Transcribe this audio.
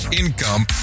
income